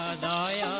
ah di